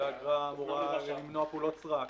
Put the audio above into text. שהאגרה אמורה למנוע פעולות סרק.